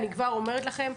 אני כבר אומרת לכם,